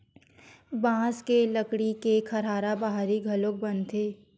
बांस के लकड़ी के खरहारा बाहरी घलोक बनथे